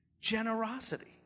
Generosity